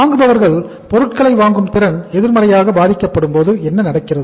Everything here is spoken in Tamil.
வாங்குபவர்களுக்கு பொருட்களை வாங்கும் திறன் எதிர்மறையாக பாதிக்கப்படும்போது என்ன நடக்கிறது